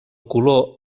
color